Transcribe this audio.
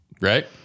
Right